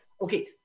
Okay